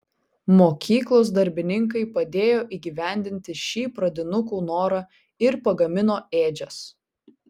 mokyklos darbininkai padėjo įgyvendinti šį pradinukų norą ir pagamino ėdžias